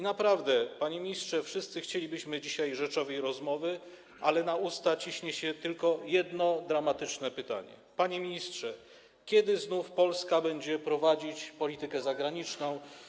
Naprawdę, panie ministrze, wszyscy chcielibyśmy dzisiaj rzeczowej rozmowy, ale na usta ciśnie się tylko jedno, dramatyczne pytanie: Panie ministrze, kiedy znów Polska będzie prowadzić politykę zagraniczną?